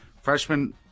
Freshman